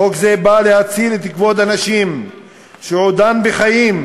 חוק זה בא להציל את כבוד הנשים שעודן בחיים,